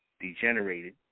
degenerated